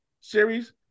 series